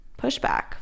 pushback